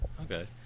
Okay